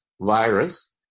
virus